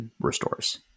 restores